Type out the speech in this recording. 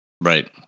Right